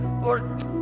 Lord